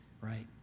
right